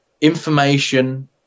information